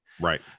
Right